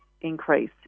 increase